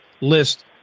list